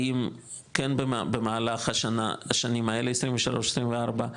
האם כן במהלך השנים האלה, 23-24,